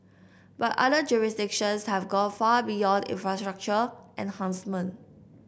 but other jurisdictions have gone far beyond infrastructure enhancements